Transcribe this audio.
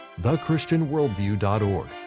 thechristianworldview.org